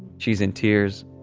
she's in tears.